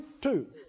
two